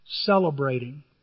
celebrating